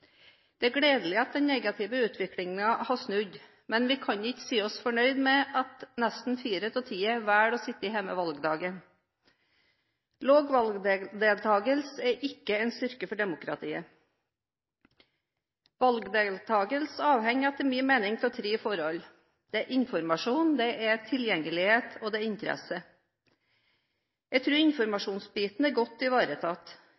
Det er gledelig at den negative utviklingen har snudd, men vi kan ikke si oss fornøyd med at nesten fire av ti velger å sitte hjemme valgdagen. Lav valgdeltagelse er ingen styrke for demokratiet. Valgdeltagelse avhenger etter min mening av tre forhold. Det er informasjon, det er tilgjengelighet, og det er interesse. Jeg tror informasjonsbiten er godt ivaretatt.